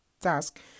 task